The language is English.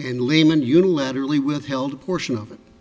and lehman unilaterally withheld portion of it